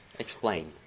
Explain